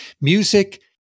music